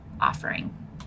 offering